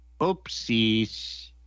Oopsies